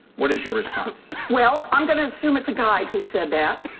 what is your response? well, i'm going to assume it's a guy who said that.